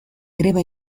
greba